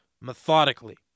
methodically